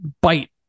bite